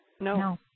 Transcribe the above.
No